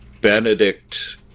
Benedict